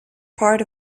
part